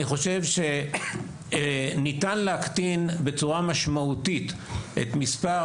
אני חושב שניתן להקטין בצורה משמעותית את מספר